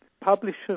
Publishers